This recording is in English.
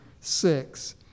six